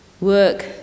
work